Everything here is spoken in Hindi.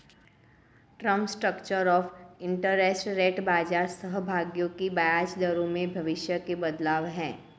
term structure of interest rate बाजार सहभागियों की ब्याज दरों में भविष्य के बदलाव है